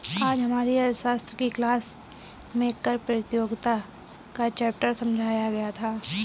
आज हमारी अर्थशास्त्र की क्लास में कर प्रतियोगिता का चैप्टर समझाया गया था